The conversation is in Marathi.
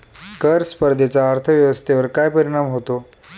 कर स्पर्धेचा अर्थव्यवस्थेवर काय परिणाम होतो?